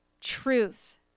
truth